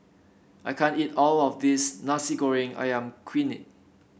I can't eat all of this Nasi Goreng ayam kunyit